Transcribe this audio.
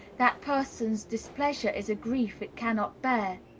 that person's displeasure is a grief it cannot bear,